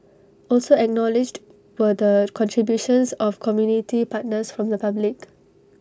also acknowledged were the contributions of community partners from the public